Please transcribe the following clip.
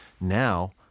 Now